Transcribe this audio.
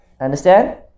Understand